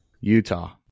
Utah